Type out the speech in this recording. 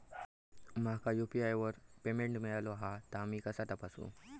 माका यू.पी.आय वर पेमेंट मिळाला हा ता मी कसा तपासू?